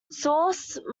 source